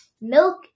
milk